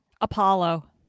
Apollo